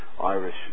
Irish